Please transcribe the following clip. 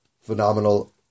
phenomenal